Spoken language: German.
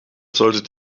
solltet